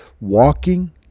Walking